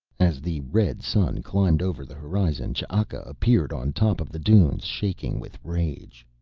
as the red sun climbed over the horizon ch'aka appeared on top of the dunes, shaking with rage.